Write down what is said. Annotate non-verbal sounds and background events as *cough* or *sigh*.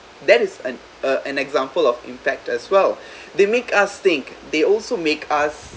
that is an a an example of impact as well *breath* they make us think they also make us